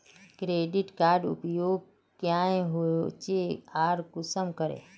Credit कार्डेर उपयोग क्याँ होचे आर कुंसम करे?